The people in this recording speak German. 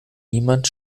niemand